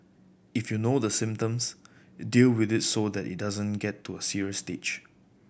if you know the symptoms deal with it so that it doesn't get to a serious stage